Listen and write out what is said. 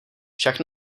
však